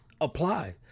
apply